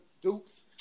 Duke's